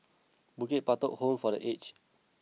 Bukit Batok Home for The Aged